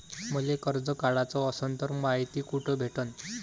मले कर्ज काढाच असनं तर मायती कुठ भेटनं?